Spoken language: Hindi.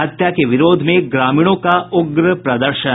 हत्या के विरोध में ग्रामीणों का उग्र प्रदर्शन